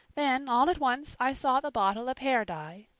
then all at once i saw the bottle of hair dye.